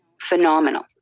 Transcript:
phenomenal